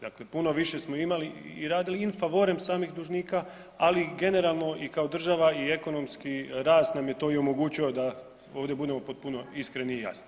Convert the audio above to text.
Dakle, puno više smo imali i radili in favorem samih dužnika ali generalno i kao država i ekonomski rast nam je to i omogućio da ovdje budemo potpuno iskreni i jasni.